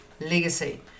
legacy